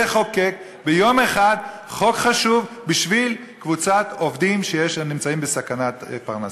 לחוקק ביום אחד חוק חשוב בשביל קבוצת עובדים שנמצאים בסכנת פרנסה.